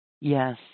yes